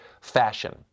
fashion